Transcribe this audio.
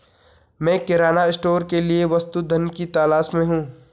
मैं किराना स्टोर के लिए वस्तु धन की तलाश में हूं